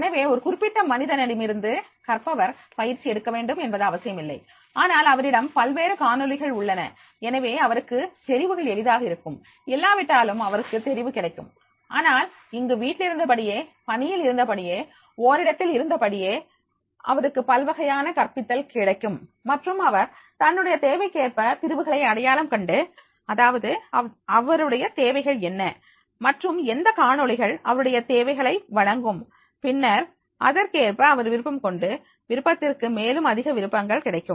எனவே ஒரு குறிப்பிட்ட மனிதனிடமிருந்து கற்பவர் பயிற்சி எடுக்க வேண்டும் என்பது அவசியமில்லை ஆனால் அவரிடம் பல்வேறு காணொளிகள் இருக்கும் எனவே அவருக்கு தெரிவுகள் எளிதாக இருக்கும் இல்லாவிட்டாலும் அவருக்கு தெரிவு கிடைக்கும் ஆனால் இங்கு வீட்டிலிருந்தபடியே பணியிடத்தில் இருந்தபடியே ஓரிடத்தில் இருந்தபடியே அவருக்கு பல்வகையான கற்பித்தல் கிடைக்கும் மற்றும் அவர் தன்னுடைய தேவைக்கேற்ப பிரிவுகளை அடையாளம் கண்டு அதாவது அவருடைய தேவைகள் என்ன மற்றும் எந்த காணொளிகள் அவருடைய தேவைகளை வழங்கும் பின்னர் அதற்கேற்ப அவர் விருப்பம் கொண்டு விருப்பத்திற்கேற்ப மேலும் அதிக விருப்பங்கள் கிடைக்கும்